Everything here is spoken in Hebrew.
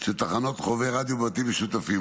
של תחנות חובבי רדיו בבתים משותפים.